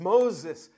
Moses